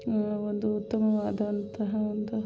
ಒಂದು ಉತ್ತಮವಾದಂತಹ ಒಂದು